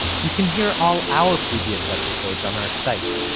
you can hear all our previous episodes on our site,